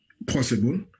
possible